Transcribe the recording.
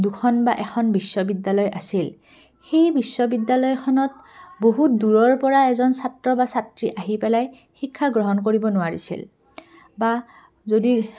দুখন বা এখন বিশ্ববিদ্যালয় আছিল সেই বিশ্ববিদ্যালয়খনত বহুত দূৰৰপৰা এজন ছাত্ৰ বা ছাত্ৰী আহি পেলাই শিক্ষা গ্ৰহণ কৰিব নোৱাৰিছিল বা যদি